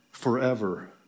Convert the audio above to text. forever